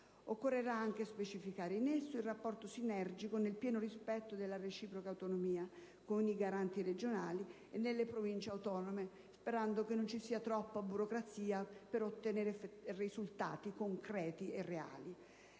Occorrerà anche specificare in esso il rapporto sinergico, nel pieno rispetto della reciproca autonomia, con i Garanti regionali o delle Province autonome, sperando che non ci sia troppo burocrazia per ottenere risultati concreti e reali.